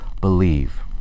believe